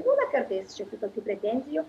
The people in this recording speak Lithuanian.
būna kartais šiokių tokių pretenzijų